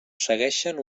segueixen